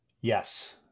Yes